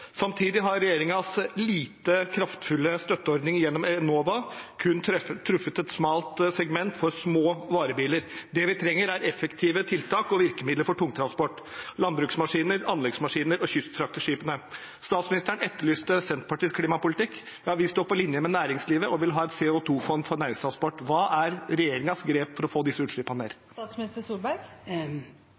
Samtidig har regjeringens lite kraftfulle støtteordning gjennom Enova kun truffet et smalt segment for små varebiler. Det vi trenger, er effektive tiltak og virkemidler for tungtransporten, landbruksmaskiner, anleggsmaskiner og kystfrakteskipene. Statsministeren etterlyste Senterpartiets klimapolitikk. Vi står på linje med næringslivet og vil ha et CO 2 -fond for næringstransport. Hva er regjeringens grep for å få disse utslippene ned?